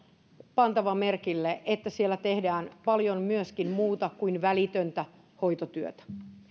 pantava merkille että siellä tehdään paljon myöskin muuta kuin välitöntä hoitotyötä